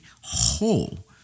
whole